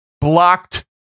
blocked